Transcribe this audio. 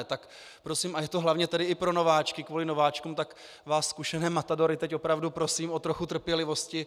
Tak prosím a je to hlavně tedy i pro nováčky, kvůli nováčkům tak vás zkušené matadory teď opravdu prosím o trochu trpělivosti.